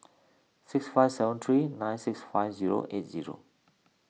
six five seven three nine six five zero eight zero